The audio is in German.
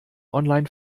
online